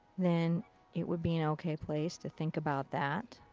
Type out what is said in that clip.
then it would be an ok place to think about that.